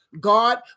God